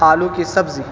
آلو کی سبزی